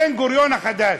בן-גוריון החדש.